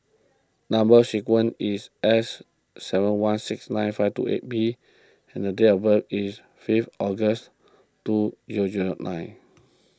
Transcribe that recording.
Number Sequence is S seven one six nine five two eight B and the date of birth is fifth August two zero zero nine